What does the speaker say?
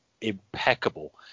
impeccable